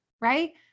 right